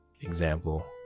Example